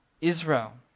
Israel